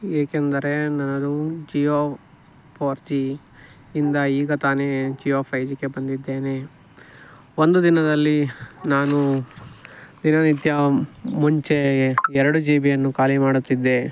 ಏಕೆಂದರೆ ನಾನು ಜಿಯೋ ಫೋರ್ಜಿ ಇಂದ ಈಗ ತಾನೇ ಜಿಯೋ ಫೈ ಜಿಗೆ ಬಂದಿದ್ದೇನೆ ಒಂದು ದಿನದಲ್ಲಿ ನಾನು ದಿನನಿತ್ಯ ಮುಂಚೆ ಎರಡು ಜಿ ಬಿಯನ್ನು ಖಾಲಿಮಾಡುತ್ತಿದ್ದೆ